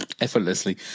effortlessly